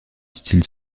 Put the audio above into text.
style